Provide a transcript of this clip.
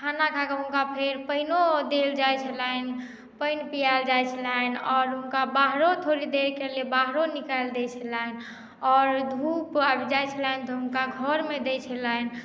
खाना खा कऽ हुनका फेर पानियो देल जाइ छलनि पानि पियाल जाइ छलनि आओर हुनका बाहरो थोड़े देर के लेल बाहरो निकालि दै छलनि आओर धुप आबि जाइ छलनि तऽ हुनका घर मे दै छलनि